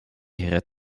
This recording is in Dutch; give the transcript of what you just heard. gered